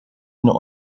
not